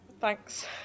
Thanks